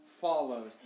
Follows